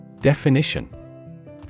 Definition